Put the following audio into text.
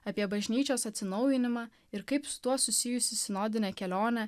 apie bažnyčios atsinaujinimą ir kaip su tuo susijusiąsinodinė kelionė